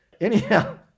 Anyhow